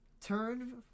Turn